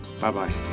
bye-bye